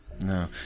No